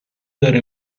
داره